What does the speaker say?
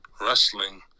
wrestling